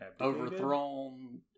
overthrown